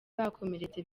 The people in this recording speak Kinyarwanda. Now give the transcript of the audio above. bakomeretse